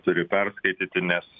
turi perskaityti nes